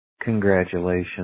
congratulations